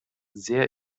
sehr